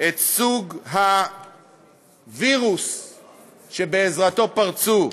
את סוג הווירוס שבעזרתו פרצו,